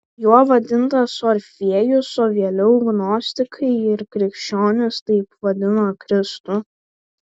juo vadintas orfėjus o vėliau gnostikai ir krikščionys taip vadino kristų